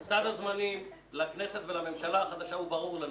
סד הזמנים לכנסת ולממשלה החדשה ברור לנו